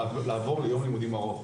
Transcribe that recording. לעבור ליום לימודים ארוך,